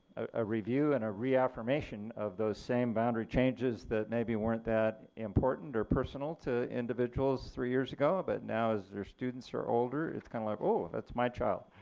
a review and a reaffirmation of those same boundary changes that maybe weren't that important or personal to individuals three years ago, but now as their students are older, it's kind of like oh, that's my child.